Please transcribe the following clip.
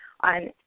on